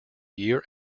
year